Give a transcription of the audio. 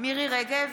מירי מרים רגב,